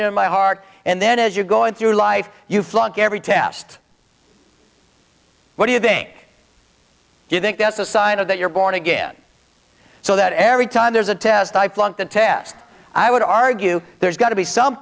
in my heart and then as you're going through life you flunk every test what do you think do you think that's a sign of that you're born again so that every time there's a test i flunked a test i would argue there's got to be some